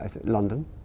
London